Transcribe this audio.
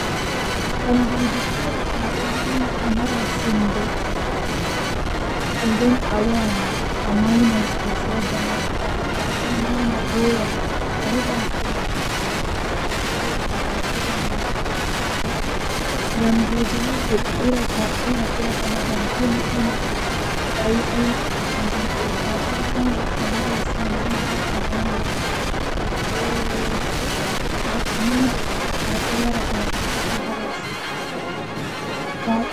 Ko buri vekugo am kam kanjum woni jahangal mi tokka yahugo wurooj feeer-feere mi fotta be himbe kesi kanjum buri welugo am.